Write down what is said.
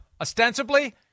ostensibly